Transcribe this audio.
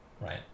Right